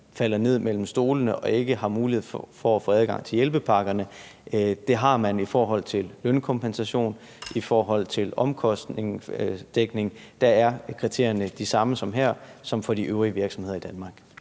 falder ned mellem stolene og ikke har mulighed for at få adgang til hjælpepakkerne. Det har man i forhold til lønkompensation og i forhold til omkostningsdækning. Der er kriterierne de samme her som for de øvrige virksomheder i Danmark.